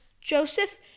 Joseph